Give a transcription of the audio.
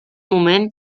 moment